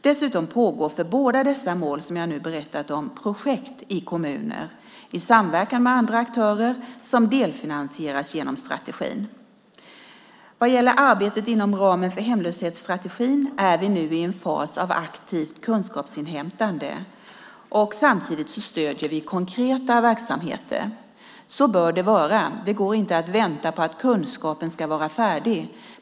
Dessutom pågår för båda dessa mål som jag nu berättat om projekt i kommuner, i samverkan med andra aktörer, som delfinansieras genom strategin. Vad gäller arbetet inom ramen för hemlöshetsstrategin är vi nu i en fas av aktivt kunskapsinhämtande och stöder samtidigt konkreta verksamheter. Så bör det vara. Det går inte att vänta på att kunskapen ska vara färdig.